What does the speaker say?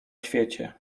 świecie